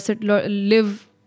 live